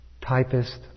typist